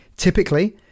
Typically